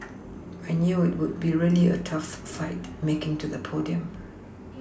I knew it would be a really tough fight making to the podium